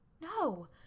No